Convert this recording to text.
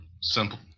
simple